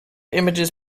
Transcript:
images